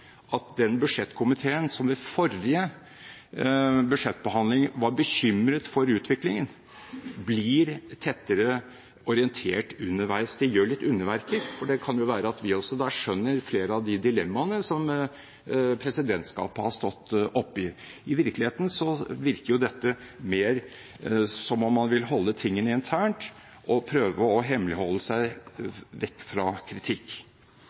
at denne budsjettkomiteen, som ved forrige budsjettbehandling var bekymret for utviklingen, blir tettere orientert underveis. Det kan gjøre underverker, for det kan være at vi også da skjønner mer av de dilemmaene som presidentskapet har stått oppe i. I virkeligheten virker dette mer som om man vil holde tingene internt og prøve å hemmeligholde seg vekk fra kritikk.